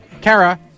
Kara